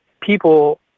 people